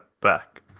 back